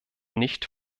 nicht